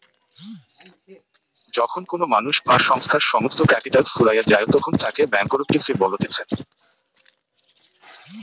যখন কোনো মানুষ বা সংস্থার সমস্ত ক্যাপিটাল ফুরাইয়া যায়তখন তাকে ব্যাংকরূপটিসি বলতিছে